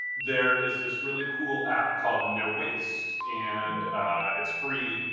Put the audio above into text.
there is this really cool app called no waste and it's free.